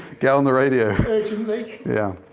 get on the radio yeah,